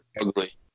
ugly